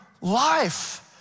life